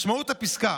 משמעות הפסקה